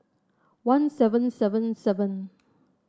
one seven seven seven